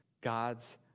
God's